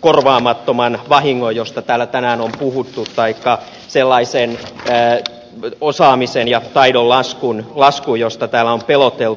korvaamattoman vahingon josta täällä tänään on puhuttu taikka sellaisen osaamisen ja taidon laskun josta täällä on peloteltu